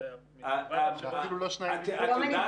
אז אפילו לא שניים --- את יודעת